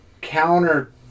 counter